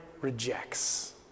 rejects